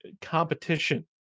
competition